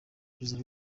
ibyiza